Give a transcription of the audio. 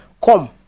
come